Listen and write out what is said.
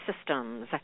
systems